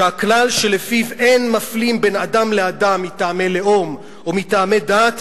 ש"הכלל שלפיו אין מפלים בין אדם לאדם מטעמי לאום או מטעמי דת,